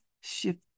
shift